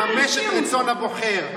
לממש את רצון הבוחר,